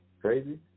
Crazy